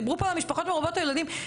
דיברו פה על משפחות מרובות הילדים,